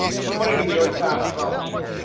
and put it in your chat as well people,